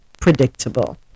predictable